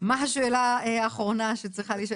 מה השאלה האחרונה שצריכה להישאל.